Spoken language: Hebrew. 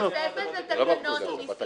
בתוספת לתקנות המסים (גבייה).